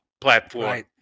platform